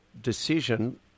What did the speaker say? decision